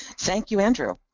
thank you andrew.